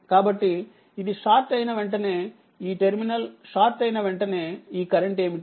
కాబట్టి ఇది షార్ట్ అయిన వెంటనే ఈ టెర్మినల్ షార్ట్ అయిన వెంటనేఈకరెంట్ఏమిటి